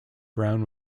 brown